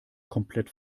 komplett